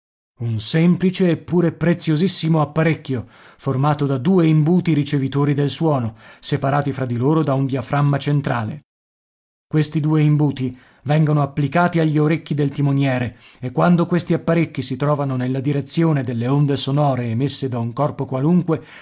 un semplice eppure preziosissimo apparecchio formato da due imbuti ricevitori del suono separati fra di loro da un diaframma centrale questi due imbuti vengono applicati agli orecchi del timoniere e quando questi apparecchi si trovano nella direzione delle onde sonore emesse da un corpo qualunque